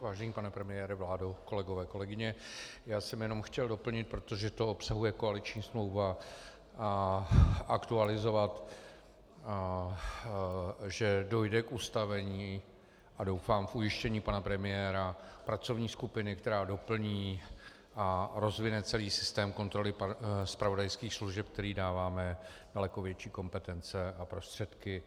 Vážený pane premiére, vládo, kolegové a kolegyně, chtěl jsem jen doplnit, protože to obsahuje koaliční smlouva, a aktualizovat, že dojde k ustavení, a doufám v ujištění pana premiéra, pracovní skupiny, která doplní a rozvine celý systém kontroly zpravodajských služeb, kterému dáváme daleko větší kompetence a prostředky.